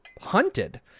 hunted